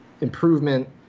improvement